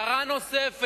מה עם,